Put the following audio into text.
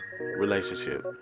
relationship